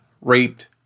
raped